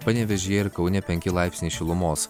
panevėžyje ir kaune penki laipsniai šilumos